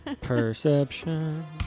Perception